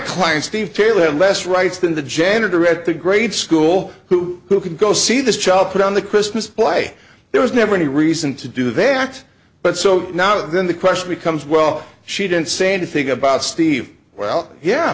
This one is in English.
client steve taylor less rights than the janitor at the grade school who who can go see this child put on the christmas play there was never any reason to do they act but so now then the question becomes well she didn't say anything about steve well yeah